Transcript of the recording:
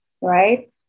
right